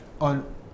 on